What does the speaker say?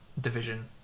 division